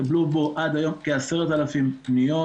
התקבלו בו עד היום 10,000 פניות,